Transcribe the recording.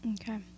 Okay